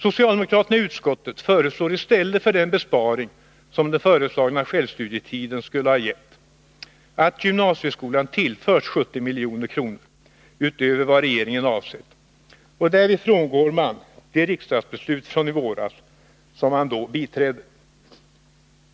Socialdemokraterna i utskottet föreslår i stället för den besparing som den föreslagna självstudietiden skulle ha gett att gymnasieskolan tillförs 70 milj.kr. utöver vad regeringen avsett. Därvid frångår man det riksdagsbeslut från i våras som man då biträdde.